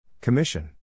Commission